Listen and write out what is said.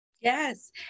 Yes